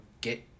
get